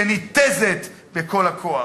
שניתזת בכל הכוח.